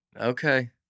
okay